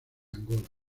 angola